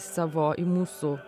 savo į mūsų